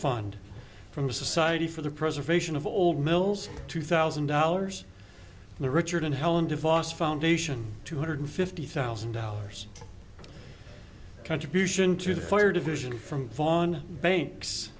fund from society for the preservation of old mills two thousand dollars the richard and helen divorce foundation two hundred fifty thousand dollars contribution to the fire division from von bank